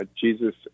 Jesus